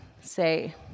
say